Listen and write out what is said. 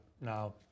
now